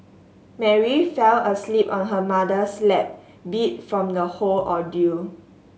Mary fell asleep on her mother's lap beat from the whole ordeal